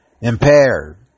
impaired